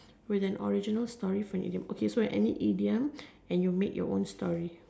with an original story for an idiom okay any idiom and you make your own story